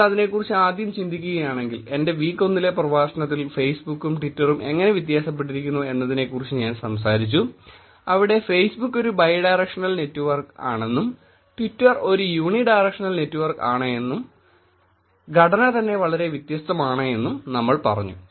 നിങ്ങൾ അതിനെക്കുറിച്ച് ആദ്യം ചിന്തിക്കുകയാണെങ്കിൽ എന്റെ വീക് 1 ലെ പ്രഭാഷണത്തിൽ ഫേസ്ബുക്കും ട്വിറ്ററും എങ്ങനെ വ്യത്യാസപ്പെട്ടിരിക്കുന്നു എന്നതിനെക്കുറിച്ച് ഞാൻ സംസാരിച്ചു അവിടെ ഫേസ്ബുക്ക് ഒരു ബൈ ഡയറക്ഷണൽ നെറ്റ്വർക് ആണെന്നും ട്വിറ്റർ ഒരു യൂണി ഡയറക്ഷണൽ നെറ്റ്വർക് ആണെന്നും ഘടന തന്നെ വളരെ വ്യത്യസ്തമാണെന്നും നമ്മൾ പറഞ്ഞു